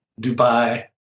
Dubai